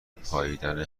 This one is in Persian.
پائیدن